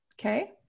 okay